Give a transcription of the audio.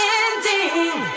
ending